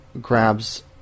grabs